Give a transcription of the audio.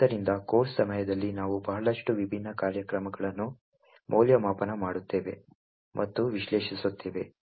ಆದ್ದರಿಂದ ಕೋರ್ಸ್ ಸಮಯದಲ್ಲಿ ನಾವು ಬಹಳಷ್ಟು ವಿಭಿನ್ನ ಕಾರ್ಯಕ್ರಮಗಳನ್ನು ಮೌಲ್ಯಮಾಪನ ಮಾಡುತ್ತೇವೆ ಮತ್ತು ವಿಶ್ಲೇಷಿಸುತ್ತೇವೆ